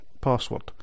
password